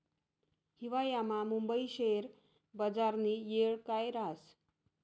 हिवायामा मुंबई शेयर बजारनी येळ काय राहस